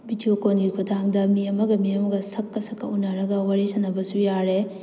video ꯀꯣꯜꯒꯤ ꯈꯨꯊꯥꯡꯗ ꯃꯤ ꯑꯃꯒ ꯃꯤ ꯑꯃꯒ ꯁꯛꯀ ꯁꯛꯀ ꯎꯅꯔꯒ ꯋꯥꯔꯤ ꯁꯥꯟꯅꯕꯁꯨ ꯌꯥꯔꯦ